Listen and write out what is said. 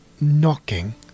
knocking